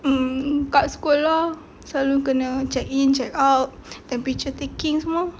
um kat sekolah selalu kena check in check out temperature taking semua